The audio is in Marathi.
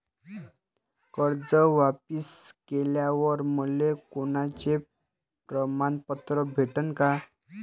कर्ज वापिस केल्यावर मले कोनचे प्रमाणपत्र भेटन का?